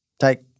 Take